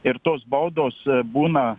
ir tos baudos būna